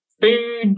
food